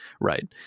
right